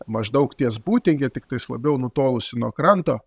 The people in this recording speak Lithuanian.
maždaug ties būtinge tiktais labiau nutolusi nuo kranto